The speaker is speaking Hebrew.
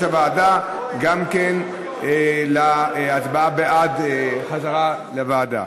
הוועדה להצבעה בעד החזרה לוועדה.